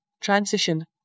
transition